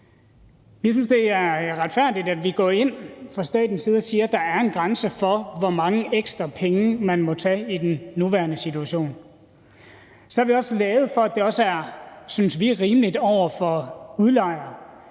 Vi synes, det er retfærdigt, at vi fra statens side går ind og siger, at der er en grænse for, hvor mange ekstra penge man må tage i den nuværende situation. Så er vi også glade for – og det synes vi er rimeligt over for udlejerne